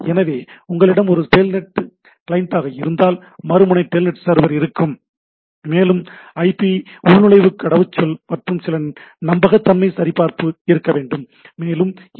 எனவே உங்களிடம் ஒரு டெல்நெட் கிளையண்ட் இருந்தால் மறுமுனை டெல்நெட் சர்வர் இருக்கும் மேலும் ஐபி உள்நுழைவு கடவுச்சொல் மற்றும் சில நம்பகத்தன்மை சரிபார்ப்பு இருக்க வேண்டும் மேலும் எஃப்